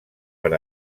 per